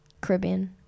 Caribbean